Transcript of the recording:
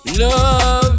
love